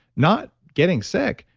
not getting sick,